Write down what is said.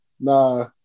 Nah